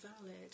valid